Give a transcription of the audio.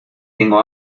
tengo